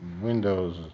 windows